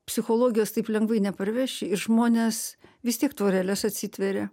psichologijos taip lengvai neparveši ir žmonės vis tiek tvoreles atsitveria